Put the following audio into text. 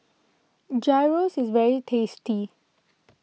Gyros is very tasty